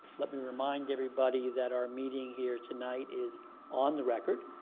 let me remind everybody that our meeting here tonight is on the record.